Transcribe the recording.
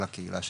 על הקהילה שלי,